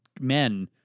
men